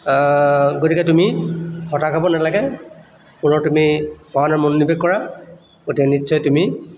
গতিকে তুমি হতাশ হ'ব নালাগে পুনৰ তুমি পঢ়া শুনাত মনোনিৱেশ কৰা গতিকে নিশ্চয় তুমি